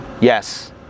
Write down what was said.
yes